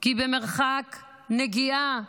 כי במרחק נגיעה